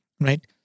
right